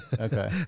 Okay